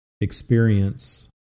experience